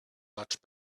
much